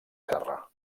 serra